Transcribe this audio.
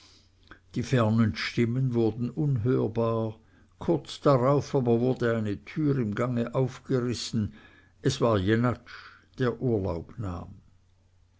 die fernen stimmen wurden unhörbar kurz darauf aber wurde eine tür im gange aufgerissen es war jenatsch der urlaub nahm